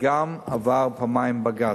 והוא גם עבר פעמיים בג"ץ,